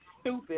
stupid